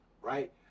right